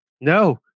No